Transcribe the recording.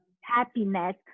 happiness